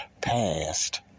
past